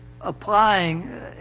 applying